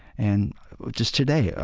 and just today,